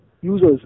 users